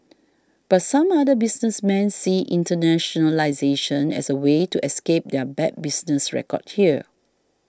but some other businessmen see internationalisation as a way to escape their bad business record here